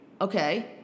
Okay